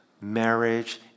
marriage